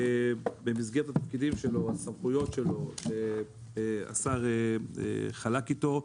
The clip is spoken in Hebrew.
במסגרת התפקידים והסמכויות שהשר חלק איתו,